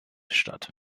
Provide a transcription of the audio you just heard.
statt